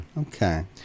Okay